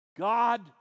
God